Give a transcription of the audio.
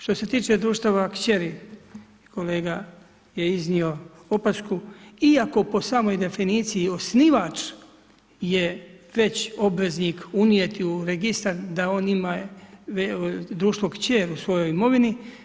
Što se tiče društava kćer, kolega je iznio opasku, iako po samoj definicija, osnivač je već obveznik unijeti u registar, da on ima društvo kćer u svojoj imovini.